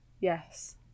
Yes